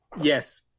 yes